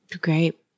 Great